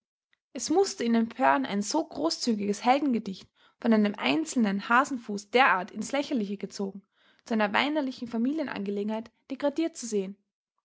es mußte ihn empören ein so großzügiges heldengedicht von einem einzelnen hasenfuß derart ins lächerliche gezogen zu einer weinerlichen familienangelegenheit degradiert zu sehen